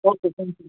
okay thank you